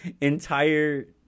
entire